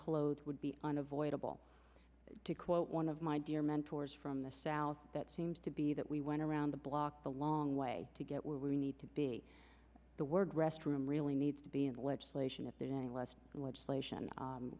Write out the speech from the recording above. clothes would be unavoidable to quote one of my dear mentors from the south that seems to be that we went around the block a long way to get where we need to be the word restroom really needs to be in legislation if there's any less legislation